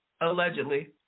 Allegedly